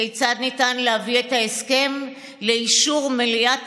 כיצד ניתן להביא את ההסכם לאישור מליאת